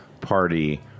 party